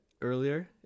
earlier